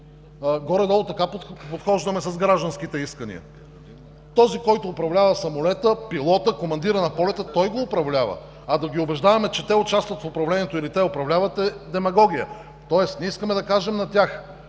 Горе-долу така подхождаме с гражданските искания. Този, който управлява самолета – пилотът, командирът на полета, той го управлява. А да ги убеждаваме, че те участват в управлението или те управляват е демагогия. Тоест ние искаме да им кажем: